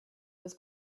was